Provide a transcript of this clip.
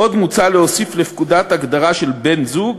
עוד מוצע להוסיף לפקודה הגדרה של בן-זוג,